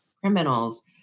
criminals